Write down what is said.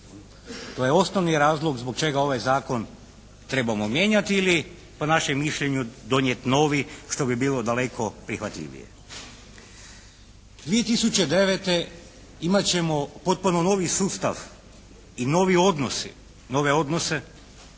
To je osnovi razlog zbog čega ovaj zakon trebamo mijenjati ili po našem mišljenju donijeti novi, što bi daleko prihvatljivije. 2009. imat ćemo potpuno novi sustav i nove odnose